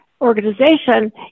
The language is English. organization